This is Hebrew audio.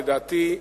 לדעתי,